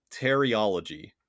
Teriology